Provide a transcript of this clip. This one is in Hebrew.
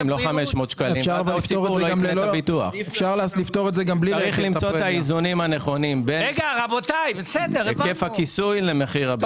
צריך למצוא את האיזונים בין היקף הכיסוי למחיר הביטוח.